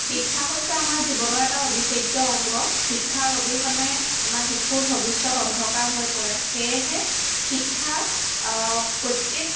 শিক্ষা হৈছে আমাৰ জীৱনৰ এটা অবিছেদ্য অংগ শিক্ষাৰ অবিহনে আমাৰ শিশুৰ ভৱিষ্যত অন্ধকাৰ হৈ পৰে সেয়েহে শিক্ষা প্ৰত্যেক